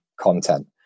Content